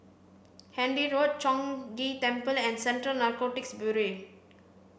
Handy Road Chong Ghee Temple and Central Narcotics Bureau